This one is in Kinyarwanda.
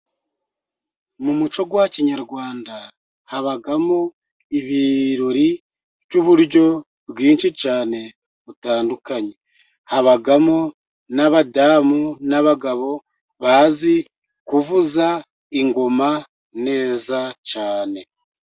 Mu mucyo wa kinyarwanda habamo, ibirori by'uburyo bwinshi cyane butandukanye, habamo n'abadamu n'abagabo bazi kuvuza ingoma neza cyane.